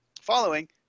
following